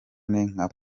nka